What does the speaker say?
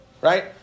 right